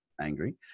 angry